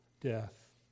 death